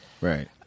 Right